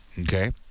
Okay